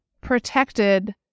protected